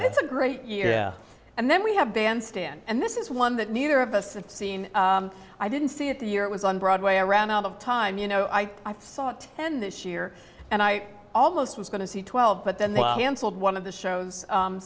it's a great year and then we have bandstand and this is one that neither of us have seen i didn't see it the year it was on broadway around out of time you know i saw ten this year and i almost was going to see twelve but then one of the shows